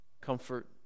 Comfort